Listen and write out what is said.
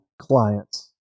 clients